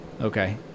Okay